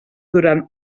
durant